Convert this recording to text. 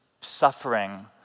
suffering